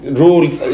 rules